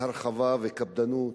הרחבה וקפדנות,